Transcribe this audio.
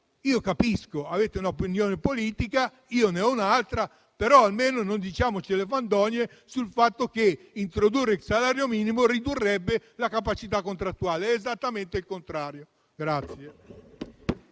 Io capisco che voi abbiate un'opinione politica. Io ne ho un'altra. Però, almeno non raccontiamoci fandonie sul fatto che introdurre il salario minimo ridurrebbe la capacità contrattuale. È esattamente il contrario.